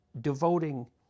devoting